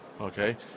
Okay